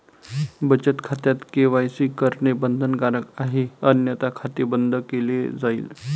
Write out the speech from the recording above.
बचत खात्यात के.वाय.सी करणे बंधनकारक आहे अन्यथा खाते बंद केले जाईल